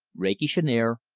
rakish in air,